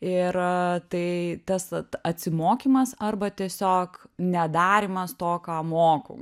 ir tai tas at atsimokymas arba tiesiog nedarymas to ką moku